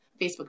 Facebook